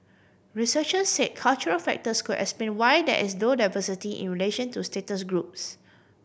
researcher say cultural factors could explain why there is low diversity in relation to status groups